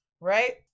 Right